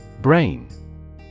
brain